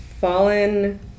fallen